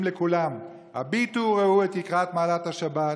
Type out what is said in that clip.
לכולם: הביטו וראו את יקרת מעלת השבת.